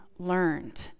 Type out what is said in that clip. learned